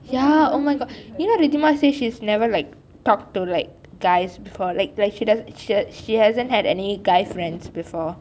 ya oh my god you know rithima said she has never like talked to like guys before like like she does she she hasn't had any guy friends before